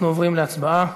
אנחנו עוברים להצבעה.